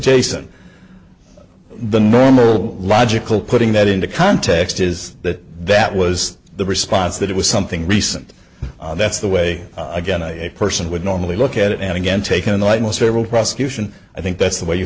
jason the normal logical putting that into context is that that was the response that it was something recent that's the way again a person would normally look at it and again taken lightly several prosecution i think that's the way you